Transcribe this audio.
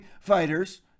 fighters